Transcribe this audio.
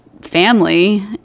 family